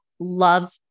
love